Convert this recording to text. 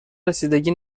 رسیدگی